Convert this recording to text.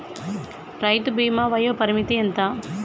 రైతు బీమా వయోపరిమితి ఎంత?